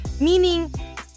Meaning